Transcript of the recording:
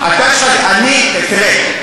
תראה,